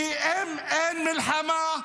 כי אם אין מלחמה,